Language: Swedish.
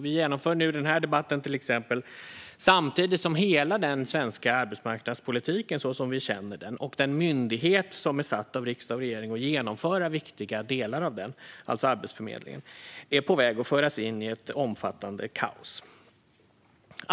Vi genomför till exempel den här debatten samtidigt som hela den svenska arbetsmarknadspolitiken såsom vi känner den och den myndighet som av riksdag och regering är satt att genomföra viktiga delar av den, alltså Arbetsförmedlingen, är på väg att föras in i ett omfattande kaos.